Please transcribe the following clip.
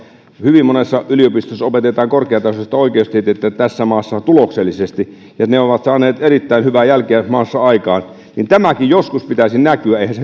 hyvin monessa yliopistossa opetetaan korkeatasoista oikeustiedettä tässä maassa tuloksellisesti ja ne ovat saaneet erittäin hyvää jälkeä maassa aikaan ja tämänkin joskus pitäisi näkyä eihän se